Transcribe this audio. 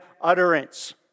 utterance